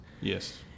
Yes